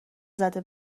زده